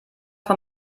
von